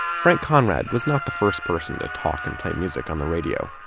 frank conrad was not the first person to talk and play music on the radio.